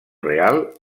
real